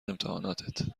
امتحاناتت